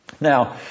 Now